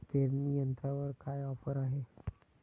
पेरणी यंत्रावर काय ऑफर आहे?